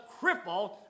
cripple